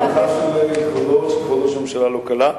עבודתו של ראש הממשלה לא קלה.